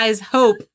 hope